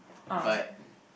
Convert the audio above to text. but